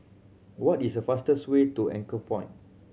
what is the fastest way to Anchorpoint